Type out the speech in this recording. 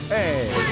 Hey